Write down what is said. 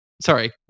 sorry